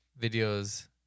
videos